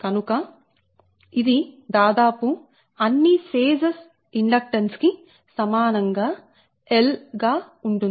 కనుక ఇది దాదాపు అన్ని ఫేజెస్ ఇండక్టెన్స్ కి సమానం గా L గా ఉంటుంది